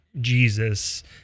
Jesus